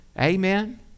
Amen